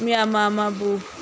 ꯃꯤ ꯑꯃ ꯑꯃꯕꯨ